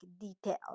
details